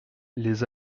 les